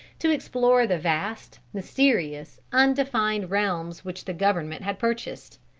to explore the vast, mysterious, undefined realms which the government had purchased.